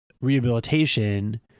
rehabilitation